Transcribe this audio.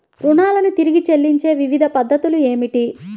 రుణాలను తిరిగి చెల్లించే వివిధ పద్ధతులు ఏమిటి?